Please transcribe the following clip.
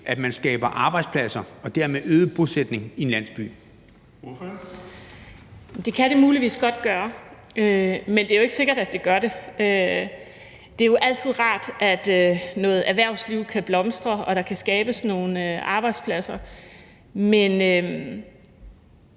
Kl. 14:09 Karina Lorentzen Dehnhardt (SF): Det kan det muligvis godt gøre, men det er jo ikke sikkert, at det gør det. Det er jo altid rart, at noget erhvervsliv kan blomstre, og at der kan skabes nogle arbejdspladser, men